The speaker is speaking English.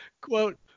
quote